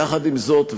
יחד עם זאת,